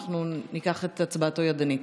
אנחנו ניקח את הצבעתו ידנית.